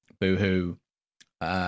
boo-hoo